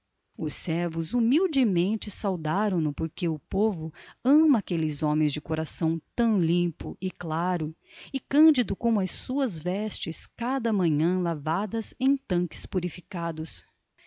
os servos humildemente saudaram no porque o povo ama aqueles homens de coração tão limpo e claro e cândido como as suas vestes cada manhã levadas em tanques purificados